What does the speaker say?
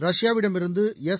ரஷ்பாவிடமிருந்து S